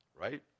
right